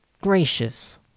gracious